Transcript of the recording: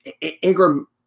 Ingram